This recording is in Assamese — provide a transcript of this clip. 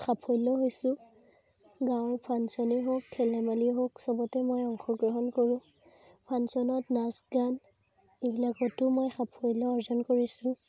সাফল্য হৈছোঁ গাঁৱৰ ফাংশ্যনেই হওক খেল ধেমালিয়ে হওক চবতে মই অংশগ্ৰহণ কৰোঁ ফাংশ্যনত নাচ গান এইবিলাকতো মই সাফল্য অৰ্জন কৰিছোঁ